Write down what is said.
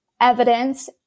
evidence